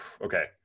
Okay